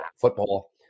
football